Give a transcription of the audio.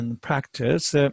practice